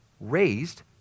raised